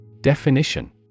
Definition